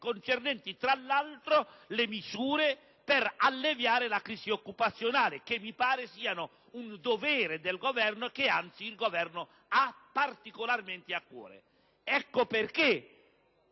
concernenti, tra l'altro, le misure per alleviare la crisi occupazionale (che mi pare siano un dovere del Governo, il quale peraltro lo ha particolarmente a cuore). Ecco perché